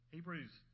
Hebrews